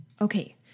Okay